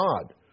God